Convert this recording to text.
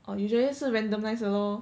哦 usually 是 randomize 的 lor